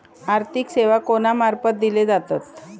आर्थिक सेवा कोणा मार्फत दिले जातत?